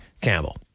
Campbell